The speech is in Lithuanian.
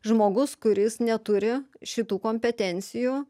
žmogus kuris neturi šitų kompetencijų